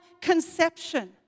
conception